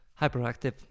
hyperactive